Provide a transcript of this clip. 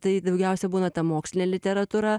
tai daugiausia būna ta mokslinė literatūra